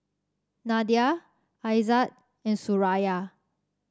Nadia Aizat and Suraya